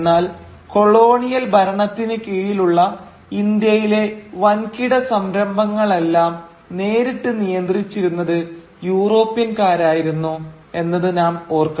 എന്നാൽ കൊളോണിയൽ ഭരണത്തിന് കീഴിലുള്ള ഇന്ത്യയിലെ വൻകിട സംരംഭങ്ങളെല്ലാം നേരിട്ട് നിയന്ത്രിച്ചിരുന്നത് യൂറോപ്പ്യൻക്കാരായിരുന്നു എന്നത് ഓർക്കണം